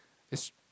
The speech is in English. it's